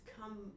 come